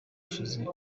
ushize